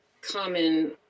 common